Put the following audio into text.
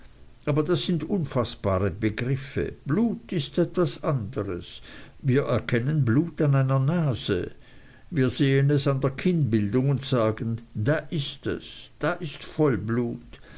aber das sind unfaßbare begriffe blut ist etwas anderes wir erkennen blut an einer nase wir sehen es an der kinnbildung und sagen da ist es da ist vollblut